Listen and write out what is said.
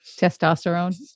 Testosterone